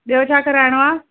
ॿियो छा कराइणो आहे